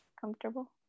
comfortable